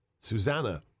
Susanna